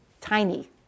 tiny